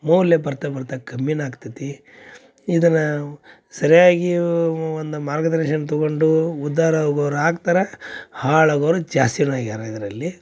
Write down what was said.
ಮೌಲ್ಯ ಬರ್ತಾ ಬರ್ತಾ ಬರ್ತ ಕಮ್ಮಿನ ಆಗ್ತತಿ ಇದನಾ ಸರ್ಯಾಗೀವ ಒಂದು ಮಾರ್ಗದರ್ಶನ ತಗೊಂಡೂ ಉದ್ಧಾರ ಆಗೋರು ಆಗ್ತರ ಹಾಳಾಗೋರು ಜಾಸ್ತಿನ ಆಗ್ಯಾರ ಇದರಲ್ಲಿ